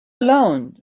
alone